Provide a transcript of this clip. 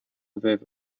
aviv